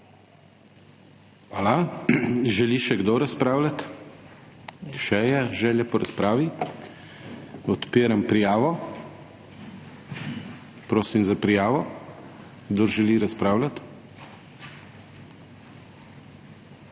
Hvala. Želi še kdo razpravljati? Še je želja po razpravi. Odpiram prijavo. Prosim za prijavo, kdor želi razpravljati.